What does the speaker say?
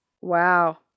wow